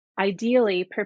ideally